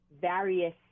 various